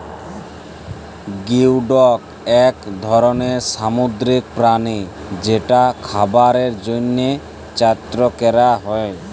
geoduck এক ধরলের সামুদ্রিক প্রাণী যেটা খাবারের জন্হে চাএ ক্যরা হ্যয়ে